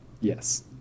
Yes